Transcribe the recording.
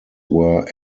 were